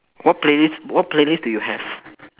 what playlist what playlist do you have